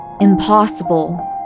Impossible